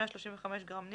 135 גרם ניקל,